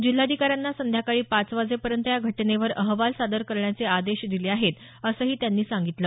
जिल्हाधिकाऱ्यांना संध्याकाळी पाच वाजेपर्यंत या घटनेवर अहवाल सादर करण्याचे आदेश दिले आहेत असंही त्यांनी सांगितलं